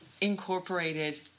Incorporated